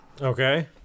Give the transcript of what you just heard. Okay